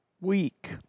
week